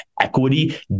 equity